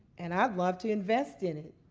and i'd love to invest in it,